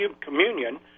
communion